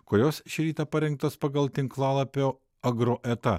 kurios šį rytą parengtos pagal tinklalapio agro eta